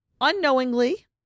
unknowingly